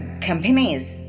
companies